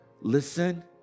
Listen